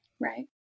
Right